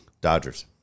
Dodgers